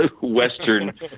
Western